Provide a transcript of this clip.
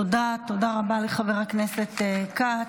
תודה רבה לחבר הכנסת כץ.